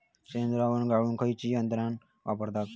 शेणद्रावण गाळूक खयची यंत्रणा वापरतत?